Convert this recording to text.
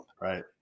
Right